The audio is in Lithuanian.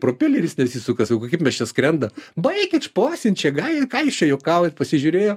propeleris nesisuka sakau kaip mes čia skrendam baikit šposint čia gal ką jūs čia juokaujat pasižiūrėjo